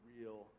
real